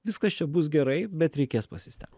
viskas čia bus gerai bet reikės pasistengt